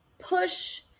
push